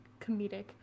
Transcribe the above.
comedic